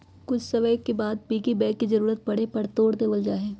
कुछ समय के बाद पिग्गी बैंक के जरूरत पड़े पर तोड देवल जाहई